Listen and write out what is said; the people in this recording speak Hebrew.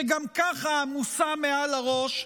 שגם ככה עמוסה מעל הראש,